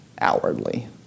outwardly